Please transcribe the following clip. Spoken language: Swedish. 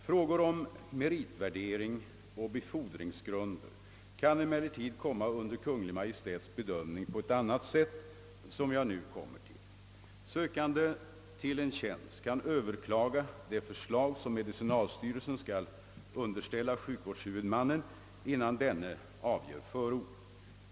Frågor om meritvärdering och befordringsgrunder kan emellertid komma under Kungl. Maj:ts bedömande på ett annat sätt, som jag nu kommer till. Sökande till en tjänst kan överklaga det förslag som medicinalstyrelsen skall underställa sjukvårdshuvudmannen innan denne avger förord.